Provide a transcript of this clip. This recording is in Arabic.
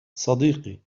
صديقي